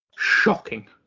Shocking